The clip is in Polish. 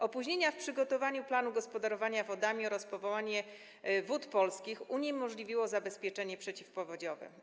Opóźnienia w przygotowaniu planu gospodarowania wodami oraz powołanie Wód Polskich uniemożliwiły zabezpieczenie przeciwpowodziowe.